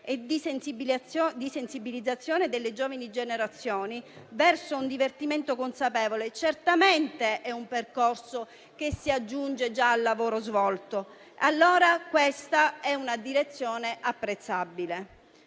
di sensibilizzazione delle giovani generazioni verso un divertimento consapevole, questo è un percorso che si aggiunge al lavoro già svolto ed è una direzione apprezzabile.